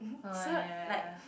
oh ya ya ya ya